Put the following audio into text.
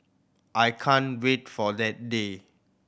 I can't wait for that day